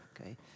okay